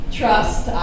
trust